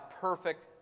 perfect